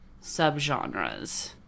sub-genres